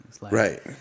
Right